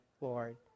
Lord